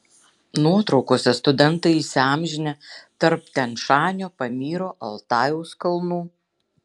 nuotraukose studentai įsiamžinę tarp tian šanio pamyro altajaus kalnų